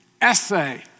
essay